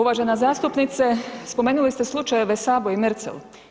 Uvažena zastupnice, spomenuli ste slučajeve Sabo i Merzel.